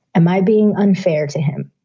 am i being unfair to him?